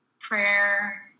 Prayer